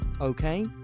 okay